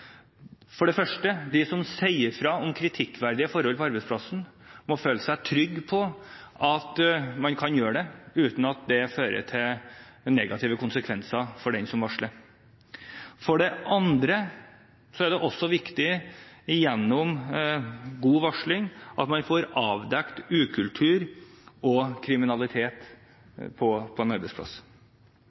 For det første: De som sier fra om kritikkverdige forhold på arbeidsplassen, må føle seg trygg på at man kan gjøre det uten at det fører til negative konsekvenser for dem som varsler. For det andre: Det er også viktig at man gjennom god varsling får avdekt ukultur og kriminalitet på en arbeidsplass.